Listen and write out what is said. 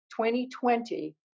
2020